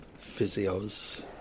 physios